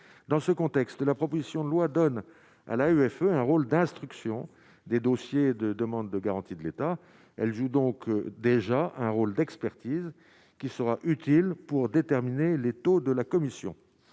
dans ce contexte de la proposition de loi donne à la UFE un rôle d'instruction des dossiers de demande de garantie de l'État, elle joue donc déjà un rôle d'expertise qui sera utile pour déterminer les taux de la commission,